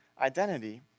identity